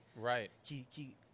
Right